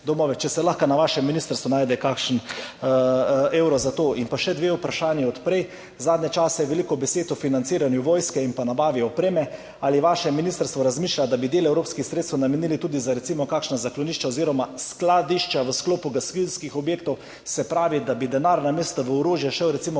domove. Ali se lahko na vašem ministrstvu najde kakšen evro za to? In še dve vprašanji od prej. Zadnje čase je veliko besed o financiranju vojske in nabavi opreme. Zanima me: Ali vaše ministrstvo razmišlja, da bi del evropskih sredstev namenilo tudi za recimo kakšna zaklonišča oziroma skladišča v sklopu gasilskih objektov? Se pravi, da bi denar namesto v orožje šel recimo